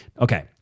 Okay